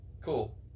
cool